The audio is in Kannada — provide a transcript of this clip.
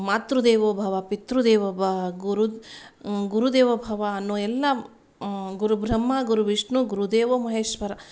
ಮಾತೃದೇವೋ ಭವ ಪಿತೃದೇವೋ ಬ ಗುರು ಗುರುದೇವೋ ಭವ ಅನ್ನುವ ಎಲ್ಲ ಗುರು ಬ್ರಹ್ಮ ಗುರು ವಿಷ್ಣು ಗುರುದೇವೋ ಮಹೇಶ್ವರ